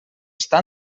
està